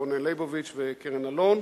רונן ליבוביץ וקרן אלון,